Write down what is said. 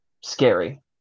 Scary